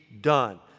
done